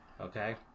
Okay